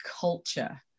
culture